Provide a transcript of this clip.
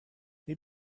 but